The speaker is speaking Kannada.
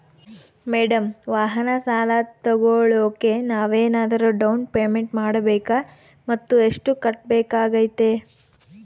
ಮೇಡಂ ವಾಹನ ಸಾಲ ತೋಗೊಳೋಕೆ ನಾವೇನಾದರೂ ಡೌನ್ ಪೇಮೆಂಟ್ ಮಾಡಬೇಕಾ ಮತ್ತು ಎಷ್ಟು ಕಟ್ಬೇಕಾಗ್ತೈತೆ?